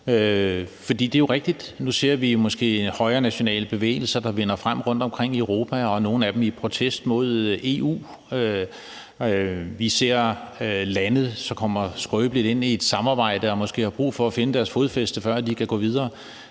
For det er jo rigtigt, at vi nu ser højrenationale bevægelser vinde frem rundtomkring i Europa – og nogle af dem i protest mod EU. Vi ser lande, som kommer skrøbeligt ind i et samarbejde og måske har brug for at finde deres fodfæste, før de kan gå videre.